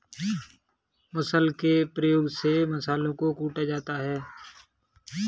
मुसल के प्रयोग से मसालों को कूटा जाता है